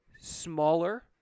smaller